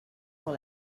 dans